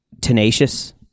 tenacious